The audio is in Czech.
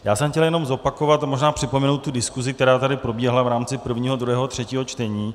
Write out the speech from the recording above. Já jsem chtěl jenom zopakovat a možná připomenout diskusi, která tady probíhala v rámci prvního, druhého, třetího čtení.